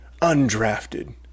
undrafted